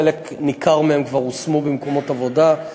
חלק ניכר מהם כבר הושמו במקומות עבודה,